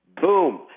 Boom